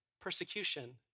Persecution